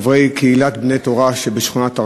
חברי "קהילת בני תורה" שבשכונת הר-נוף,